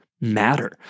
matter